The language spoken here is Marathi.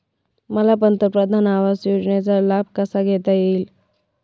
मला पंतप्रधान आवास योजनेचा लाभ कसा घेता येईल?